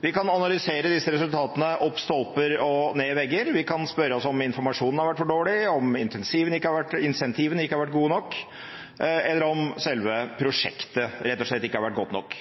Vi kan analysere disse resultatene opp ad stolper og ned ad vegger, vi kan spørre oss om informasjonen har vært for dårlig, om incentivene ikke har vært gode nok, eller om selve prosjektet rett og slett ikke har vært godt nok.